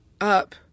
up –